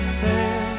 fair